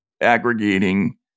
aggregating